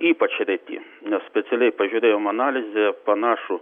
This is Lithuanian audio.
ypač reti nes specialiai pažiūrėjom analizę panašų